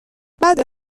بده